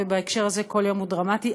ובהקשר הזה כל יום הוא דרמטי.